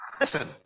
Listen